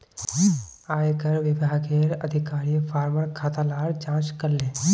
आयेकर विभागेर अधिकारी फार्मर खाता लार जांच करले